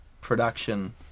production